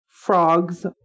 Frogs